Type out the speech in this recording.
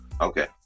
Okay